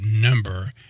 number